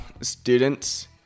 students